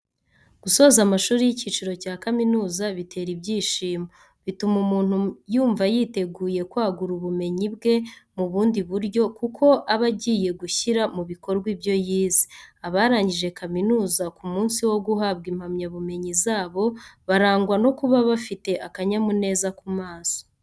Gusoza amashuri y'icyiciro cya kaminuza bitera ibyishimo, bituma umuntu yumva yiteguye kwagura ubumenyi bwe mu bundi buryo kuko aba agiye gushyira mu bikorwa ibyo yize. Abarangije kaminuza ku munsi wo guhabwa impamyabumenyi zabo, barangwa no kuba bafite akanyamuneza ku maso.